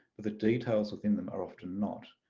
the details within them are often not.